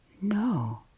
no